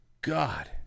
God